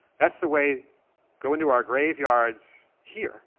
that's the way go into our graveyards here,